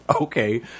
Okay